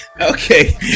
okay